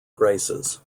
graces